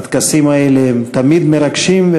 הטקסים האלה הם תמיד מרגשים,